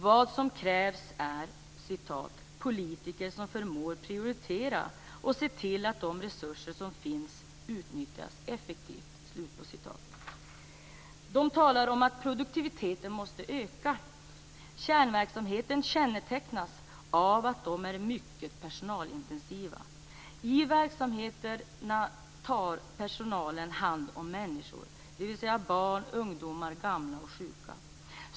Vad som krävs är "politiker som förmår prioritera och se till att de resurser som finns utnyttjas effektivt". Moderaterna talar om att produktiviteten måste öka. Kärnverksamheterna kännetecknas av att de är mycket personalintensiva. I verksamheterna tar personalen hand om människor, dvs. barn, ungdomar, gamla och sjuka.